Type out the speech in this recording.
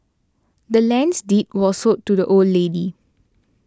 the land's deed was sold to the old lady